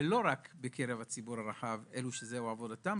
ולא רק בקרב הציבור הרחב שזאת עבודתם,